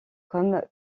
comme